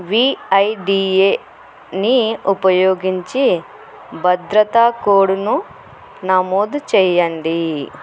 విఐడిఏని ఉపయోగించి భద్రతా కోడును నమోదు చేయండి